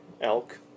elk